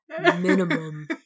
minimum